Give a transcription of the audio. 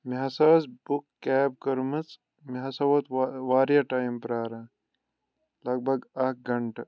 مےٚ ہَسا ٲس بُک کیب کٔرمٕژ مےٚ ہَسا ووٚت واریاہ ٹایم پِیاران لگ بگ اَکھ گنٛٹہٕ